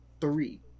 three